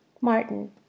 Martin